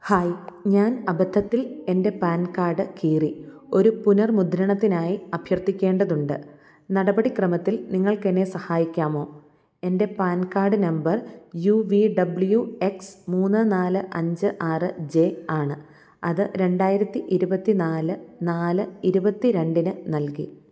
hi ഞാൻ അബദ്ധത്തിൽ എന്റെ പാൻ കാർഡ് കീറി ഒരു പുനർ മുദ്രണത്തിനായി അഭ്യർത്ഥിക്കേണ്ടതുണ്ട് നടപടി ക്രമത്തിൽ നിങ്ങൾക്ക് എന്നെ സഹായിക്കാമോ എന്റെ PAN card number U V W X മൂന്ന് നാല് അഞ്ച് ആറ് ജെ ആണ് അത് രണ്ടായിരത്തി ഇരുപത്തിനാല് നാല് ഇരുപത്തിരണ്ടിന് നൽകി